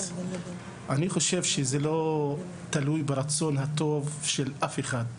אני חושב שזה לא תלוי ברצון הטוב של אף אחד.